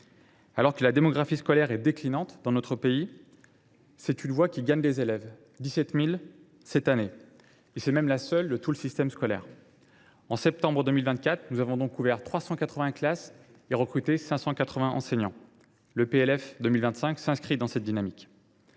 Alors que la démographie scolaire est déclinante dans notre pays, c’est une voie qui gagne des élèves : 17 000 cette année. C’est même la seule de tout le système scolaire. En septembre 2024, nous avons donc ouvert 380 classes et recruté 580 enseignants. Le PLF pour 2025 s’inscrit dans cette dynamique